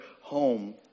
home